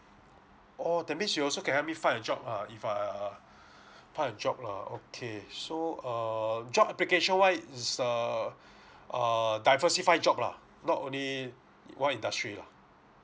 oh that means you also can help me find a job lah if I uh find a job lah okay so err job application wise it's err err diversify job lah not only one industry lah